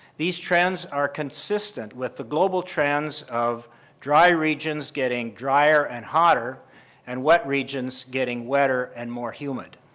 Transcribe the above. these trends are consistent with the global trends of dry regions getting drier and hotter and wet regions getting wetter and more humid.